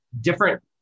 different